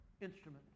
instrument